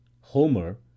homer